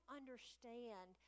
understand